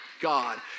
god